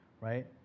right